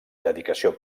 dedicació